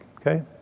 Okay